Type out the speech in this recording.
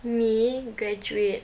me graduate